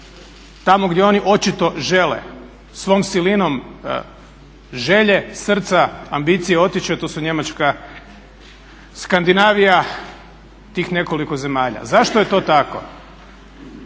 Tamo gdje oni očito žele svom silinom želje, srca, ambicije otići a to su Njemačka, Skandinavija, tih nekoliko zemalja. Zašto je to tako?